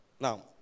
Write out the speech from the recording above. Now